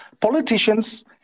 Politicians